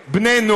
תודה.